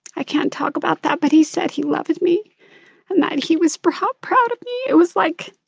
i can't talk about that, but he said he loved me and that and he was proud proud of me. it was, like,